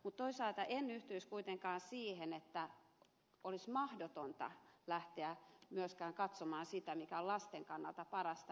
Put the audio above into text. mutta toisaalta en yhtyisi kuitenkaan siihen että olisi mahdotonta lähteä myöskään katsomaan sitä mikä on lasten kannalta parasta